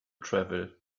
travel